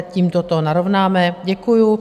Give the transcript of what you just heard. Tímto to narovnáme, děkuju.